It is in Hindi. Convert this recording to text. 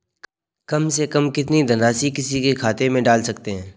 कम से कम कितनी धनराशि किसी के खाते में डाल सकते हैं?